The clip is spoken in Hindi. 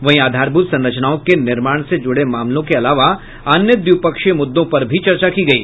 वहीं आधारभूत संरचनाओं के निर्माण से जुड़े मामलों के अलावा अन्य द्विपक्षीय मुद्दों पर भी चर्चा की गयी